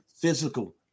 Physical